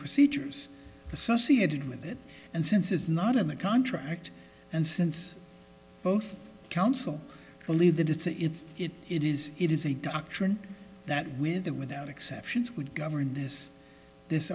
procedures associated with it and since it's not in the contract and since both counsel believe that it's it is it is a doctrine that with or without exceptions would govern this this